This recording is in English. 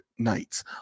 nights